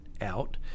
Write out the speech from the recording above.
out